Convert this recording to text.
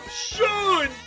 Sean